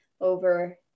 over